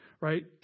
right